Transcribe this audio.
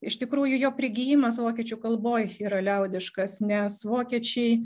iš tikrųjų jo prigijimas vokiečių kalboj yra liaudiškas nes vokiečiai